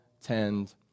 tend